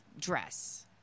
dress